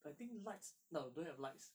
I think lights no don't have lights